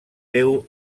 déu